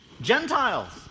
Gentiles